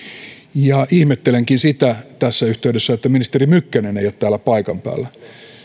ja ihmettelenkin tässä yhteydessä sitä että ministeri mykkänen ei ole täällä paikan päällä on